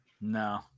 No